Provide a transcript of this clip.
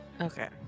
Okay